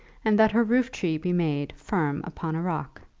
and that her roof-tree be made firm upon a rock.